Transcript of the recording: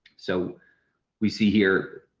so we see here,